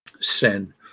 sin